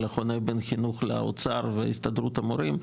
אלא חונה בין חינוך לאוצר והסתדרות המורים,